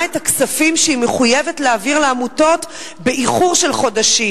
את הכספים שהיא מחויבת להעביר לעמותות באיחור של חודשים.